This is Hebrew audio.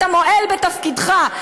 אתה מועל בתפקידך,